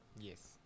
Yes